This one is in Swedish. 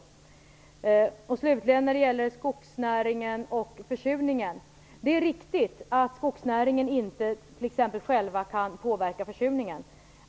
När det slutligen gäller skogsnäringen och försurningen är det riktigt att skogsnäringen inte själv kan påverka försurningen.